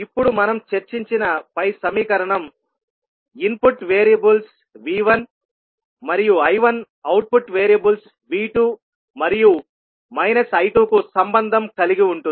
ఇప్పుడు మనం చర్చించిన పై సమీకరణం ఇన్పుట్ వేరియబుల్స్ V1 మరియు I1 అవుట్పుట్ వేరియబుల్స్ V2 మరియు I2 కు సంబంధం కలిగి ఉంటుంది